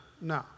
no